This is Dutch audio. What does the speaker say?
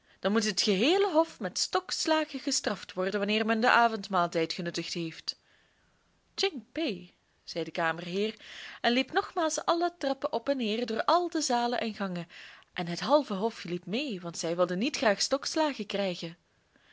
dan moet het geheele hof met stokslagen gestraft worden wanneer men den avondmaaltijd genuttigd heeft tsing pe zei de kamerheer en liep nogmaals alle trappen op en neer door al de zalen en gangen en het halve hof liep mee want zij wilden niet graag stokslagen krijgen